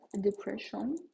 Depression